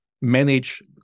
manage